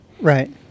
Right